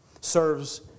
serves